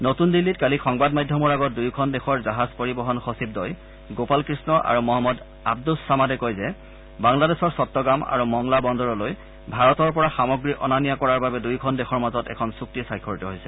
নতুন দিল্লীত কালি সংবাদ মাধ্যমৰ আগত দুয়োখন দেশৰ জাহাজ পৰিবহন সচিবদ্বয় গোপাল কৃষ্ণ আৰু মহম্মদ আব্দুচ চামাদে কয় যে বাংলাদেশৰ চট্টগ্ৰাম আৰু মংলা বন্দৰলৈ ভাৰতৰ পৰা সামগ্ৰী অনা নিয়া কৰাৰ বাবে দুয়োখন দেশৰ মাজত এখন চূক্তি স্বাক্ষৰিত হৈছে